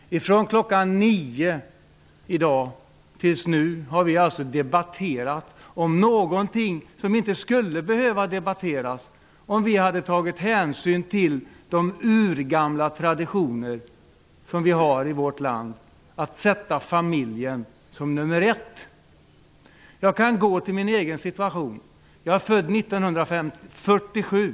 Från kl. 9 till nu, när klockan snart är 16, har vi debatterat någonting som inte skulle behöva debatteras, om vi hade tagit hänsyn till de urgamla traditioner som vi har i vårt land att sätta familjen som nummer ett. Jag kan gå till min egen situation. Jag är född 1947.